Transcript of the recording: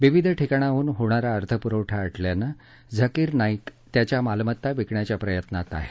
विविध ठिकाणांहून होणारा अर्थपुरवठा आटल्यानं झाकीर नाईक त्याच्या मालमत्ता विकण्याच्या प्रयत्नात आहे